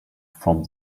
from